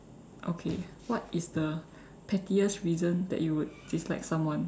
okay what is the pettiest reason that you would dislike someone